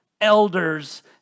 elders